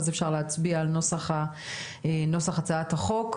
אז אפשר להצביע על נוסח הצעת החוק.